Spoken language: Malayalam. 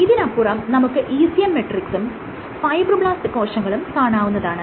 ഇതിനപ്പുറം നമുക്ക് ECM മെട്രിക്സും ഫൈബ്രോബ്ലാസ്റ് കോശങ്ങളും കാണാവുന്നതാണ്